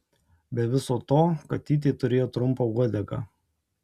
be viso to katytė turėjo trumpą uodegą